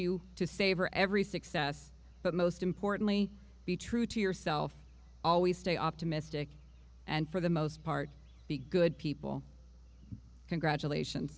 you to savor every success but most importantly be true to yourself always stay optimistic and for the most part be good people congratulations